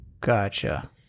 Gotcha